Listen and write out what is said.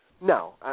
No